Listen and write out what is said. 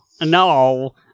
No